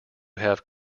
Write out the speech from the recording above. have